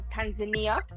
tanzania